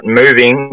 moving